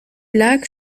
lac